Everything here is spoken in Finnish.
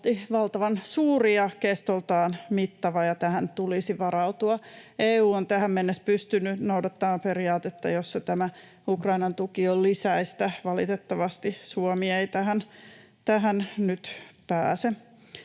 valtavan suuri ja kestoltaan mittava, ja tähän tulisi varautua. EU on tähän mennessä pystynyt noudattamaan periaatetta, jossa tämä Ukrainan tuki on lisäistä. Valitettavasti Suomi ei tähän nyt pääse.